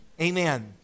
Amen